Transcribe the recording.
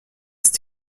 ist